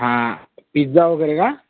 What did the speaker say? हां पिझ्झा वगैरे का